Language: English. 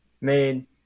made